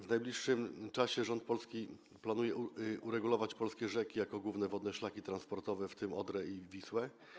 W najbliższym czasie polski rząd planuje uregulować polskie rzeki jako główne wodne szlaki transportowe, w tym Odrę i Wisłę.